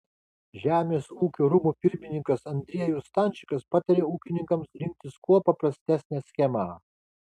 žemės ūkio rūmų pirmininkas andriejus stančikas patarė ūkininkams rinktis kuo paprastesnę schemą